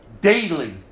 daily